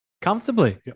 comfortably